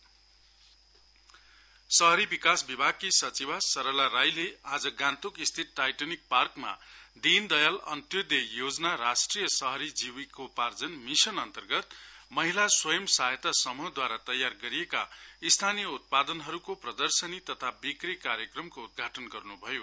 UDD शहरी विकास विभागकी सचिवा सरला राईले आज गान्तोक स्थित टाइटानिक पार्कमा दिन दयाल अन्तोदय योजना राष्ट्रिय शहरी जीविकोपार्जन मिशन अन्तर्गत महिला स्वयं सहायता समूहद्वारा तयार गरिएका स्थानीय उत्पादहरूको प्रदशनी तथा बिक्री कार्यक्रमको उद्घाटन गर्नु भयो